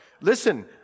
listen